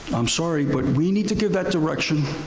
i'm sorry, but we need to give that direction.